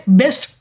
best